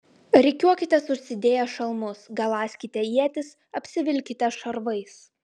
rikiuokitės užsidėję šalmus galąskite ietis apsivilkite šarvais